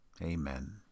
Amen